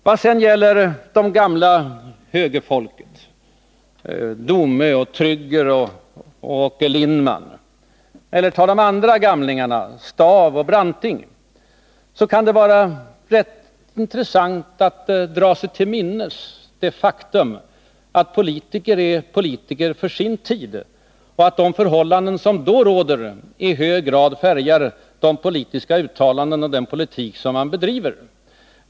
Vad sedan gäller det gamla högerfolket — Domö, Trygger och Lindman — eller andra gamlingar som Staaff och Branting kan det vara rätt intressant att dra sig till minnes det faktum att politiker är politiker för sin tid och att de förhållanden som då råder i hög grad färgar de politiska uttalandena och den politik som man bedriver.